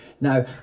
Now